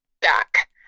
back